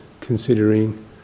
considering